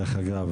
דרך אגב,